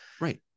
Right